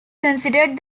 considered